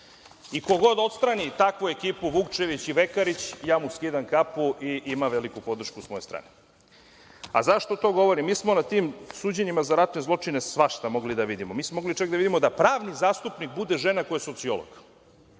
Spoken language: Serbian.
Ko god odstrani takvu ekipu – Vukčević i Vekarić, ja mu skidam kapu i ima veliku podršku s moje strane.Zašto to govorim? Mi smo na tim suđenjima za ratne zločine svašta mogli da vidimo. Mi smo mogli čak da vidimo da pravni zastupnik bude žena koja je sociolog.